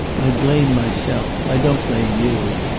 i blame myself. i don't blame you.